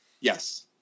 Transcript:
Yes